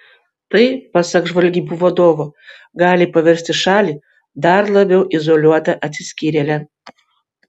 tai pasak žvalgybų vadovo gali paversti šalį dar labiau izoliuota atsiskyrėle